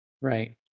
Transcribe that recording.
right